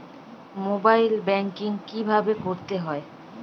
Mobile banking কীভাবে করতে হয়?